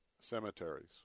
cemeteries